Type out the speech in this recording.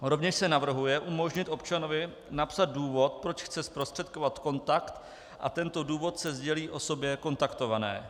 Rovněž se navrhuje umožnit občanovi napsat důvod, proč chce zprostředkovat kontakt, a tento důvod se sdělí osobě kontaktované.